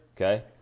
Okay